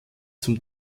zum